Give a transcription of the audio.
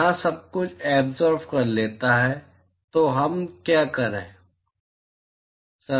यह सब कुछ एब्ज़ोर्ब कर लेता है तो हम क्या करें